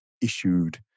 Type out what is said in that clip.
issued